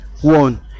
one